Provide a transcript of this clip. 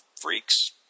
freaks